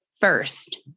first